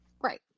Right